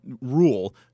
rule